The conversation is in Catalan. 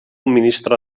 ministre